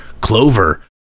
Clover